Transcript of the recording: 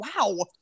wow